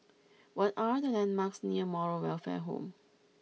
what are the landmarks near Moral Welfare Home